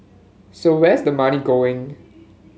so where's the money going